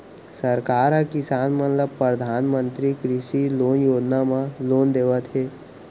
सरकार ह किसान मन ल परधानमंतरी कृषि लोन योजना म लोन देवत हे